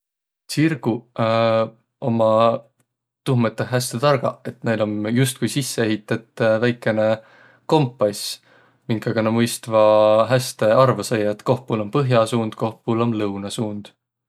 Tsirguq ommaq tuuh mõttõh häste targaq, et näil om justkui sisse ehitet väikene kompass, minkaga nä mõistvaq häste arvo saiaq, et koh puul om põh'asuund, koh puul om lõunasuund.